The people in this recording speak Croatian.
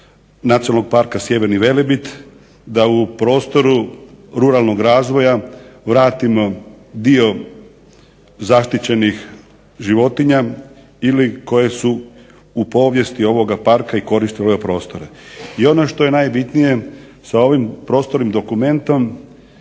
Nacionalnog parka Sjeverni Velebit da u prostoru ruralnog razvoja vratimo dio zaštićenih životinja ili koje su u povijesti ovoga parka i koristile ove prostore. I ono što je najbitnije sa ovim prostornim dokumentom